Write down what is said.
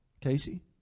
Casey